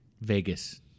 Vegas